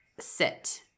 sit